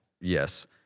Yes